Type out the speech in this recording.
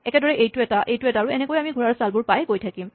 একেদৰেই এইটো এটা এইটো এটা আৰু এনেকৈয়ে আমি ঘোঁৰাৰ চালবোৰ পাই গৈ থাকিম